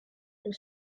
pour